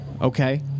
Okay